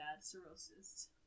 cirrhosis